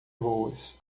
boas